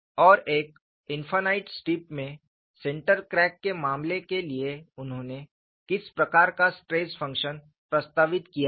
और एक infinite strip में सेंटर क्रैक के मामले के लिए उन्होंने किस प्रकार का स्ट्रेस फंक्शन प्रस्तावित किया था